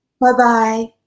Bye-bye